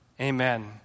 Amen